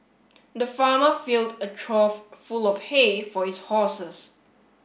the farmer filled a trough full of hay for his horses